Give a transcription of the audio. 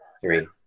three